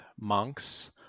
monks